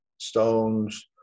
stones